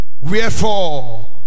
Wherefore